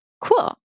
cool